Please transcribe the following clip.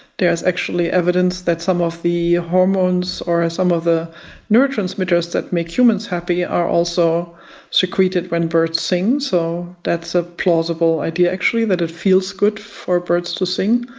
there's actually evidence that some of the hormones or some of the neuro-transmitters that make humans happy are also secreted when birds sing, so that's a plausible idea actually, that it feels good for birds to sing.